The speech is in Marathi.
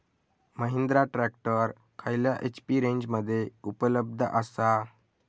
महिंद्रा ट्रॅक्टर खयल्या एच.पी रेंजमध्ये उपलब्ध आसा?